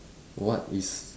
what is